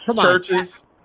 Churches